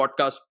podcast